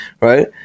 Right